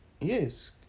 yes